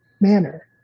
manner